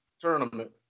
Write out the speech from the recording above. tournament